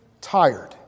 Tired